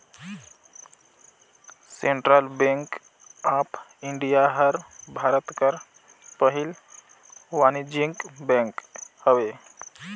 central bank of India हर भारत कर पहिल वानिज्यिक बेंक हवे